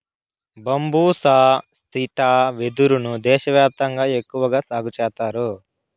బంబూసా striata వెదురు ను దేశ వ్యాప్తంగా ఎక్కువగా సాగు చేత్తారు